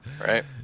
Right